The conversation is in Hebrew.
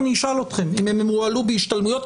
אני אשאל אתכם, האם הם הועלו בהשתלמויות?